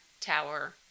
Tower